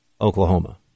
Oklahoma